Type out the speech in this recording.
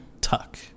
tuck